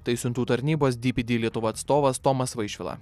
tai siuntų tarnybos dpd lietuva atstovas tomas vaišvila